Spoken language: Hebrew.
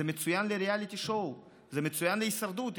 זה מצוין ל-reality show, זה מצוין להישרדות.